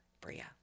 Bria